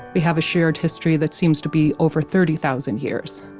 we have a shared history that seems to be over thirty thousand years.